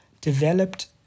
developed